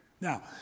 Now